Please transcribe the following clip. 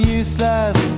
useless